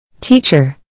Teacher